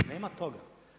Nema toga.